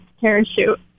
parachute